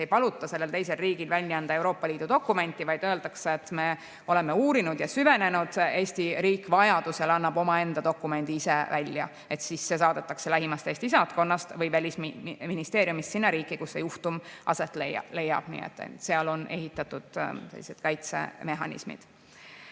ei paluta sellel teisel riigil välja anda Euroopa Liidu dokumenti, vaid öeldakse, et me oleme uurinud ja süvenenud, ning Eesti riik annab vajaduse korral omaenda dokumendi ise välja. Siis see saadetakse lähimast Eesti saatkonnast või Välisministeeriumist sinna riiki, kus see juhtum aset leiab. Nii et seal on ehitatud sellised kaitsemehhanismid.